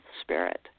spirit